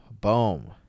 boom